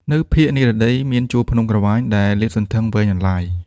នៅភាគនិរតីមានជួរភ្នំក្រវាញដែលលាតសន្ធឹងវែងអន្លាយ។